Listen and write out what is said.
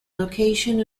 location